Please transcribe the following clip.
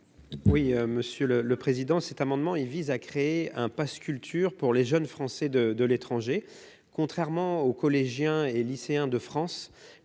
à M. Yan Chantrel. Cet amendement vise à créer un pass Culture pour les jeunes Français de l'étranger. Contrairement aux collégiens et lycéens de France,